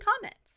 comments